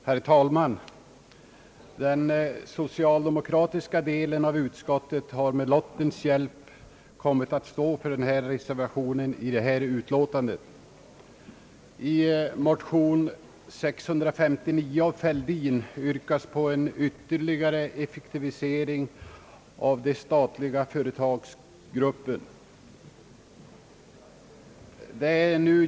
Herr talman! Den socialdemokratiska delen av utskottet har genom lottens avgörande kommit att stå för en reservation i detta utlåtande. statliga företagsgruppen.